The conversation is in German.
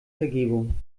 vergebung